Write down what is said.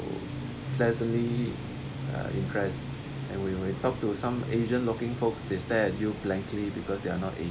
pleasantly uh impress and we we talk to some asian looking folks they stare at you blankly because they are not as~